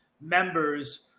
members